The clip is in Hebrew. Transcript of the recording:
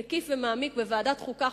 מקיף ומעמיק בוועדת החוקה,